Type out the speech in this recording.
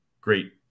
great